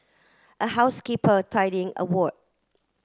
a housekeeper tidying a ward